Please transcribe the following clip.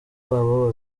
babo